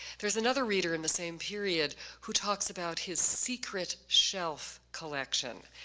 there's another reader in the same period who talks about his secret shelf collection.